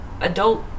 adult